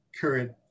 current